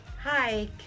Hi